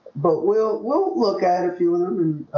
but we'll we'll look at a few of them